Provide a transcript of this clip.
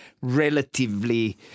relatively